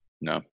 no